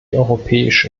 europäische